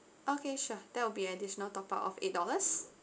okay sure that will be an additional top up of eight dollars